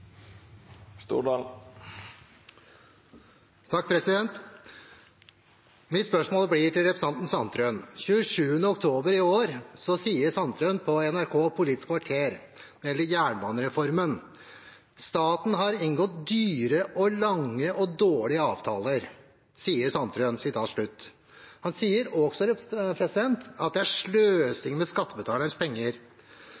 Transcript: oktober i år sier Sandtrøen følgende om jernbanereformen på Politisk kvarter på NRK: Staten har inngått dyre og lange og dårlige avtaler. Han sier